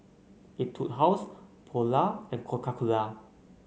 Etude House Polar and Coca Cola